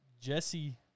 Jesse